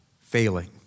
failing